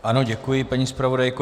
Ano děkuji, paní zpravodajko.